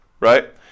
right